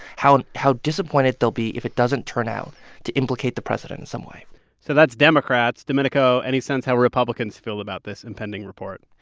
how and how disappointed they'll be if it doesn't turn out to implicate the president in some way so that's democrats. domenico, any sense how republicans feel about this impending report?